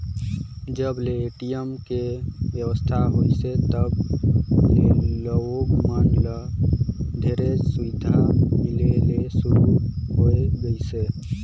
जब ले ए.टी.एम के बेवस्था होइसे तब ले लोग मन ल ढेरेच सुबिधा मिले ले सुरू होए गइसे